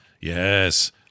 Yes